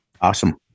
Awesome